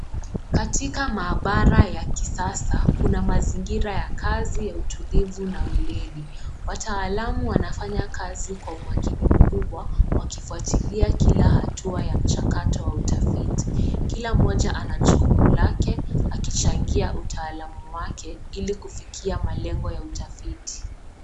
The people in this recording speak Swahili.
Katika maabara ya kisasa kuna mazingira ya kazi ya utulivu na ueledi . Wataalamu wanafanya kazi kwa umakini mkubwa wakifuatilia kila hatua ya mchakato wa utafiti. Kila mmoja ana jukumu lake akichangia utaalamu wake ili kufikia malengo ya utafiti.